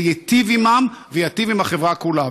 זה יטיב עימם וזה יטיב עם החברה כולה.